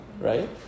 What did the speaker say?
right